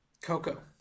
coco